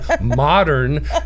modern